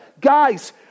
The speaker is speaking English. guys